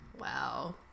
wow